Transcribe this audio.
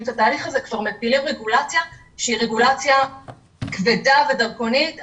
את התהליך הזה כבר מטילות רגולציה שהיא רגולציה כבדה ודרקונית.